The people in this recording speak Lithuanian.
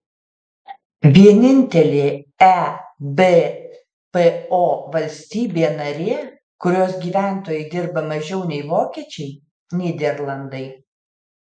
vienintelė ebpo valstybė narė kurios gyventojai dirba mažiau nei vokiečiai nyderlandai